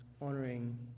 honoring